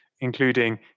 including